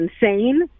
insane